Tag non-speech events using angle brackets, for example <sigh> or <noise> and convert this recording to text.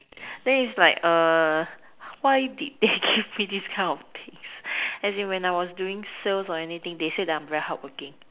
then is like why did <noise> they give me this kind of things as in when I was doing sales or anything they say I'm very hardworking